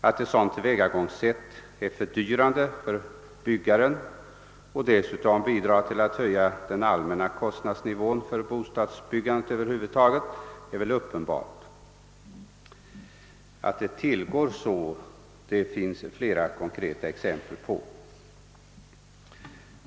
Att ett sådant tillvägagångssätt är fördyrande för byggaren och dessutom bidrar till att höja den allmänna kostnadsnivån för bostadsbyggandet över huvud taget är väl uppenbart. Att det tillgår så finns det emellertid flera konkreta exempel på.